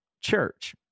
church